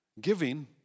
Giving